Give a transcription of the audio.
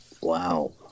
Wow